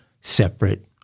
separate